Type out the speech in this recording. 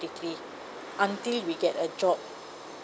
weekly until we get a job